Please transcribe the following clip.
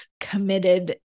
committed